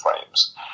frames